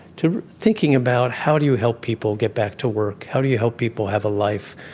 to thinking about how do you help people get back to work, how do you help people have a life,